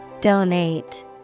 Donate